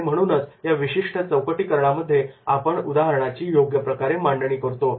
आणि म्हणूनच या विशिष्ट चौकटीकरणामध्ये आपण उदाहरणाची योग्य प्रकारे मांडणी करतो